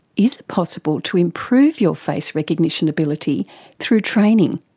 is it possible to improve your face recognition ability through training?